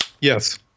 Yes